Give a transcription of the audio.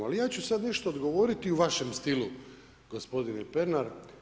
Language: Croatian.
Ali ja ću sad nešto odgovoriti u vašem stilu, gospodine Pernar.